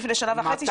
לפני שנה וחצי-שנתיים?